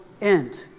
end